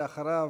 ואחריו,